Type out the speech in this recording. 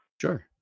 Sure